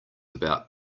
about